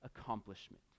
accomplishment